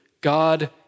God